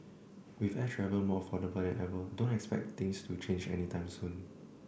with air travel more affordable than ever don't expect things to change any time soon